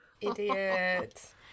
Idiot